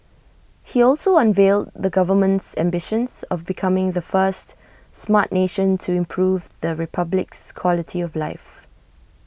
he also unveiled the government's ambitions of becoming the first Smart Nation to improve the republic's quality of life